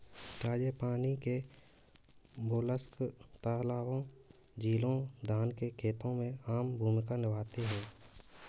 ताजे पानी के मोलस्क तालाबों, झीलों, धान के खेतों में आम भूमिका निभाते हैं